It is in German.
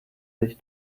sich